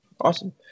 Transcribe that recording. Awesome